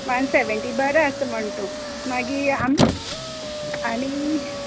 one seventy बर आसा म्हणटा तूं मागीर आम आनी